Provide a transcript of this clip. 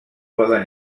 poden